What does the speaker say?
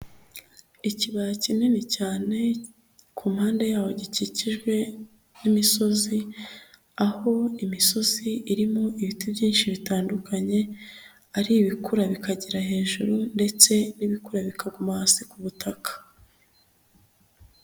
Ikibaya kinini cyane, ku mpande yaho gikikijwe n'imisozi. Aho imisozi irimo ibiti byinshi bitandukanye, ari ibikura bikagira hejuru ndetse n'ibikura bikaguma hasi ku butaka.